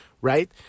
right